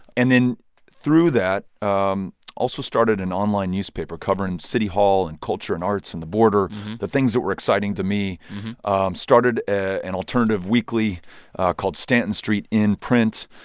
and then through that, um also started an online newspaper covering city hall and culture and arts and the border the things that were exciting to me ah started an alternative weekly called stanton street in print.